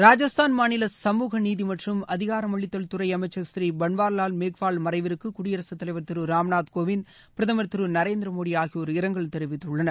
ராஜஸ்தான் மாநில சமூக நீதி மற்றும் அதிகாரமளித்தல் துறை அமைச்சர் ப்ரீ பள்வர்லால் மேக்வால் மறைவிற்கு குடியரசு தலைவர் திரு ராம்நாத் கோவிந்த் பிரதமர் திரு நரேந்திர மோடி ஆகியோர் இரங்கல் தெரிவித்துள்ளனர்